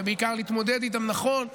ובעיקר להתמודד איתם נכון,